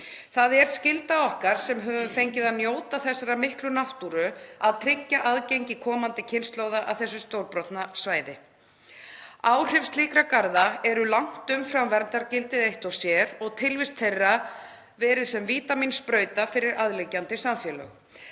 Það er skylda okkar sem höfum fengið að njóta þessarar miklu náttúru að tryggja aðgengi komandi kynslóða að þessu stórbrotna svæði. Áhrif slíkra garða eru langt umfram verndargildið eitt og sér og tilvist þeirra verið sem vítamínsprauta fyrir aðliggjandi samfélög